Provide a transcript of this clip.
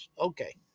Okay